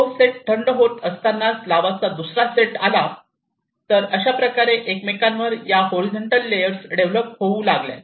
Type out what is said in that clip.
तो सेट थंड होत असताना लावाचा दुसरा सेट आला तर अशा प्रकारे एकमेकांवर या हॉरिझॉन्टल लेयर्स डेव्हलप होऊ लागल्या